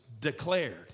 declared